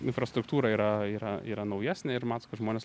infrastruktūra yra yra yra naujesnė ir matos kad žmonės